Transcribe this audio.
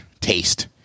taste